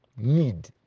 need